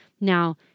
Now